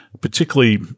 particularly